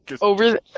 Over